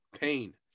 pain